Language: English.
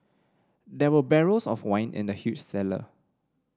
there were barrels of wine in the huge cellar